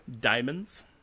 Diamonds